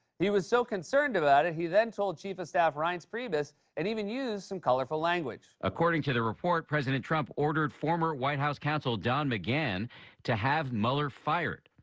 he was so concerned about it, he then told chief of staff reince priebus and even used some colorful language. according the report, president trump ordered former white house counsel don mcgahn to have mueller fired.